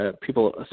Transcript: people